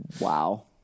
wow